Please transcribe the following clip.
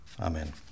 Amen